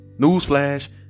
Newsflash